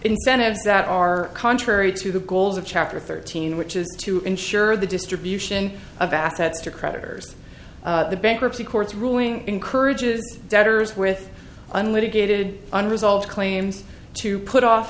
incentives that are contrary to the goals of chapter thirteen which is to insure the distribution of assets to creditors the bankruptcy courts ruling encourages debtors with unwitting gated unresolved claims to put off